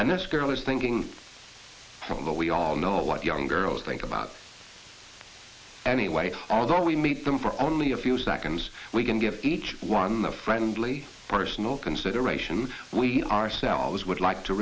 and this girl is thinking from what we all know what young girls think about anyway although we meet them for only a few seconds we can give each one the friendly personal concern aeration we ourselves would like to